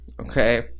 Okay